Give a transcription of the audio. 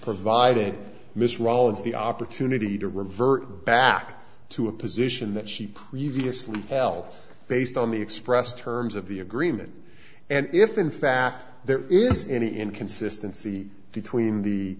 provided miss rollins the opportunity to revert back to a position that she previously well based on the expressed terms of the agreement and if in fact there is any inconsistency between the